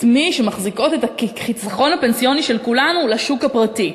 מי שמחזיקות את החיסכון הפנסיוני של כולנו לשוק הפרטי.